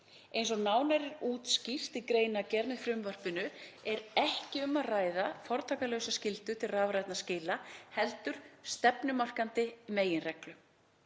Eins og nánar er útskýrt í greinargerð með frumvarpinu er ekki um að ræða fortakslausa skyldu til rafrænna skila, heldur stefnumarkandi meginreglu.